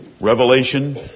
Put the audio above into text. Revelation